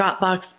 Dropbox